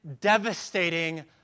devastating